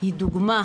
הוא דוגמה